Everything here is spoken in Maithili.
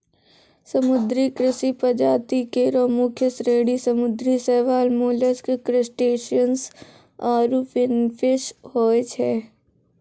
समुद्री कृषि प्रजाति केरो मुख्य श्रेणी समुद्री शैवाल, मोलस्क, क्रसटेशियन्स आरु फिनफिश होय छै